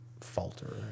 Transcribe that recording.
falter